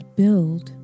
build